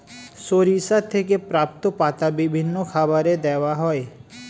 সরিষা থেকে প্রাপ্ত পাতা বিভিন্ন খাবারে দেওয়া হয়